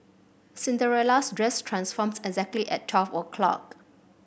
Cinderella's dress transformed exactly at twelve o' clock